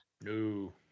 no